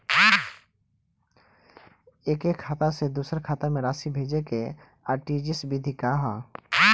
एकह खाता से दूसर खाता में राशि भेजेके आर.टी.जी.एस विधि का ह?